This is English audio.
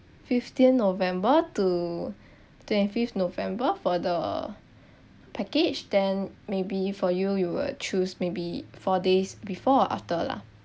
fifteen november to twenty fifth november for the package then maybe for you you will choose maybe four days before or after lah